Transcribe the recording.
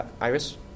Iris